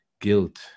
guilt